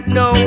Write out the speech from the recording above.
no